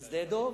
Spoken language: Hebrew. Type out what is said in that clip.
שדה-דב,